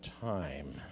time